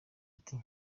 ati